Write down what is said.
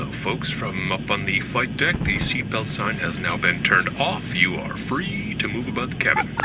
folks from up on the flight deck. the seat belt sign has now been turned off. you are free to move about the captain